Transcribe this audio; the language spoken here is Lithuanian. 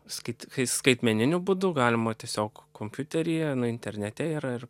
sakyt kai skaitmeniniu būdu galima tiesiog kompiuteryje internete yra ir